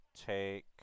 take